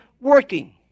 working